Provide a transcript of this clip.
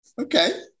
Okay